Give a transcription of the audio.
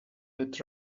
that